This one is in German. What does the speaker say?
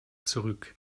zurück